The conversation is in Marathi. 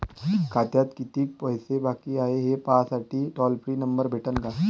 खात्यात कितीकं पैसे बाकी हाय, हे पाहासाठी टोल फ्री नंबर भेटन का?